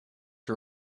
you